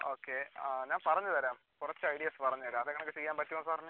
okay ആ ഞാൻ പറഞ്ഞ് തരാം കുറച്ച് ഐഡിയാസ് പറഞ്ഞ് തരാം അത് അങ്ങനെയൊക്കെ ചെയ്യാൻ പറ്റുമോ സാറിന്